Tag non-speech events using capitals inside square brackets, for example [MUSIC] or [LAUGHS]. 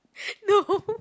[LAUGHS] no